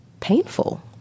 painful